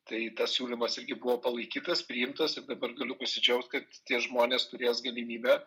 tai tas siūlymas irgi buvo palaikytas priimtas ir dabar galiu pasidžiaugt kad tie žmonės turės galimybę